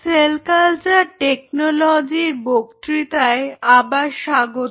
sell culture টেকনোলজির বক্তৃতায় আবার স্বাগত